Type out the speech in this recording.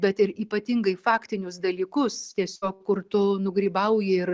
bet ir ypatingai faktinius dalykus tiesiog kur tu nugrybauji ir